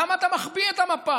למה אתה מחביא את המפה?